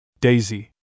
Daisy